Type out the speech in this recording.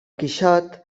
quixot